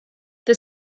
the